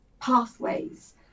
pathways